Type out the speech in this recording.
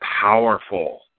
powerful